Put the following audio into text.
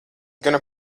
gana